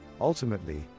Ultimately